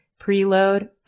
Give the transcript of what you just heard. preload